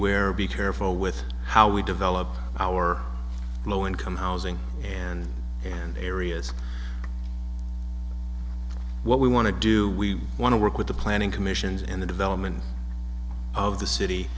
where be careful with how we develop our low income housing and and areas what we want to do we want to work with the planning commissions and the development of the city